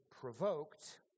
provoked